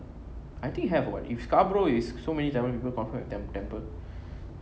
I think have what if scarborough is so many tamil people confirm have tample